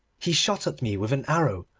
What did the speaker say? he shot at me with an arrow,